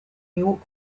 york